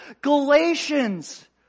Galatians